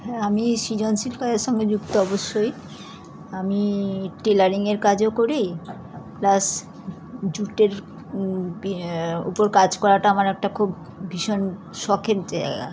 হ্যাঁ আমি সৃজনশীল কাজের সঙ্গে যুক্ত অবশ্যই আমি টেলারিংয়ের কাজও করি প্লাস জুটের বি ওপর কাজ করাটা আমার একটা খুব ভীষণ শখের জায়গা